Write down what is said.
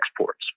exports